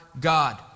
God